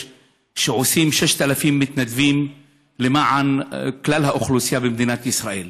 שעושים 6,000 מתנדבים למען כלל האוכלוסייה במדינת ישראל.